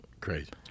Crazy